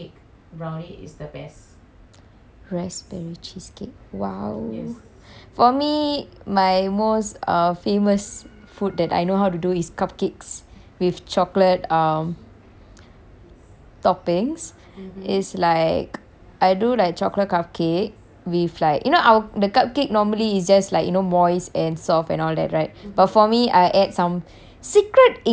raspberry cheesecake !wow! for me my most uh famous food that I know how to do is cupcakes with chocolate um toppings is like I do like chocolate cupcake with like you know the cupcake normally it's just like you know moist and soft and all that right but for me I add some secret ingredients to make it crunchy as well